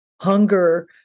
hunger